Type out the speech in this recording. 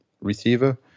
receiver